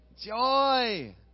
joy